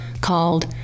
called